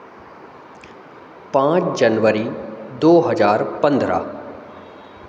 पाँच जनवरी दो हज़ार पन्द्रह